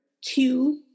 two